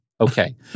Okay